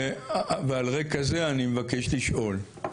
ועל רקע זה אני מבקש לשאול.